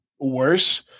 worse